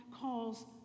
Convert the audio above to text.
calls